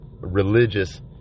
religious